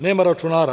Nema računara?